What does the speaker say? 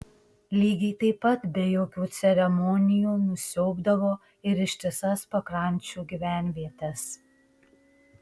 lygiai taip pat be jokių ceremonijų nusiaubdavo ir ištisas pakrančių gyvenvietes